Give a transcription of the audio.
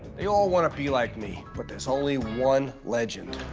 they all want to be like me, but there's only one legend.